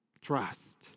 trust